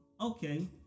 okay